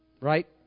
Right